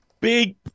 big